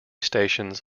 stations